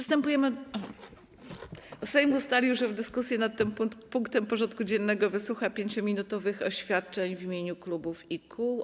Sejm ustalił, że w dyskusji nad tym punktem porządku dziennego wysłucha 5-minutowych oświadczeń w imieniu klubów i kół.